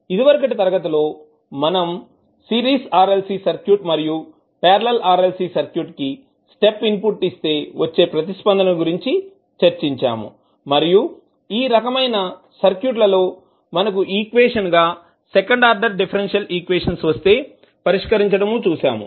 ఇదివరకటి తరగతి లో మనం సిరీస్ RLC సర్క్యూట్ మరియు పార్లల్ RLC సర్క్యూట్ కి స్టెప్ ఇన్పుట్ ఇస్తే వచ్చే ప్రతిస్పందన గురించి చర్చించాము మరియు ఈ రకమైన సర్క్యూట్ లలో మనకు ఈక్వేషన్ గా సెకండ్ ఆర్డర్ డిఫరెన్షియల్ ఈక్వేషన్స్ వస్తే పరిష్కరించడం చూసాము